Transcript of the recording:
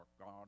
God